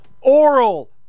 Oral